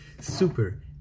super